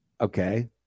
Okay